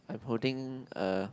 I'm holding a